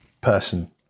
person